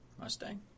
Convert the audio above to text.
Mustang